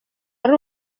ari